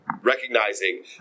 recognizing